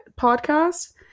podcast